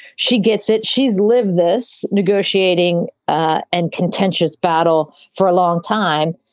she gets it. she's lived this negotiating ah and contentious battle for a long time.